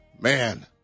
Man